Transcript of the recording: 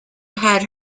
had